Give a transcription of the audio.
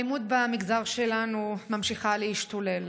האלימות במגזר שלנו ממשיכה להשתולל.